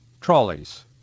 trolleys